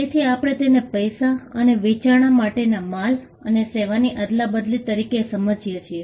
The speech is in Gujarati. તેથી આપણે તેને પૈસા અને વિચારણા માટેના માલ અને સેવાની અદલાબદલી તરીકે સમજીએ છીએ